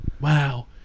wow